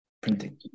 printing